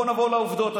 בוא נעבור לעובדות,